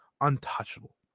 Untouchable